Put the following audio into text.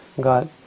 got